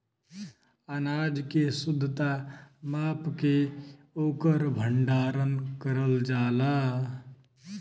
अनाज के शुद्धता माप के ओकर भण्डारन करल जाला